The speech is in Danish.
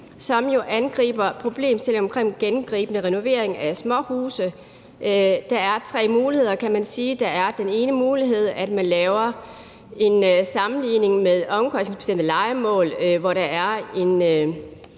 jo angriber problemstillingen omkring gennemgribende renovering af småhuse. Der er tre muligheder kan man sige. Der er den mulighed, at man laver en sammenligning med omkostningsbestemte lejemål, hvor der er en